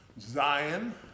Zion